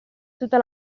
tutta